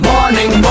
Morning